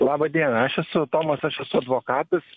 laba diena aš esu tomas aš esu advokatas